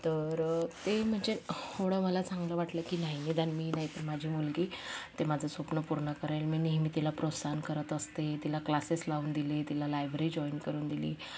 तर ते म्हणजे थोडं मला चांगलं वाटलं की नाही निदान मी नाही तर माझी मुलगी ते माझं स्वप्न पूर्ण करेल मी नेहमी तिला प्रोत्साहन करत असते तिला क्लासेस लावून दिले तिला लायब्री जॉईन करून दिली